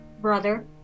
Brother